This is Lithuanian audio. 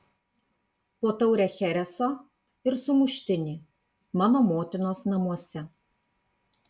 po taurę chereso ir sumuštinį mano motinos namuose